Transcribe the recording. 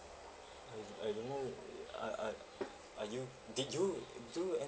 I I don't know uh are are are you did you do any